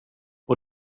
och